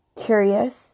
curious